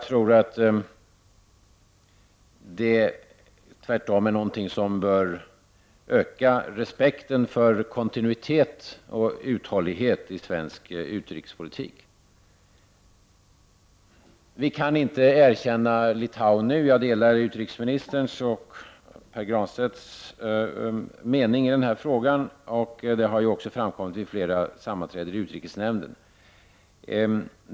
Det är tvärtom något som bör öka respekten för kontinuitet och uthållighet i svensk utrikespolitik. Jag delar utrikesministerns och Pär Granstedts mening att vi inte kan erkänna Litauen nu. Det har också framkommit vid flera sammanträden i utrikesnämnden.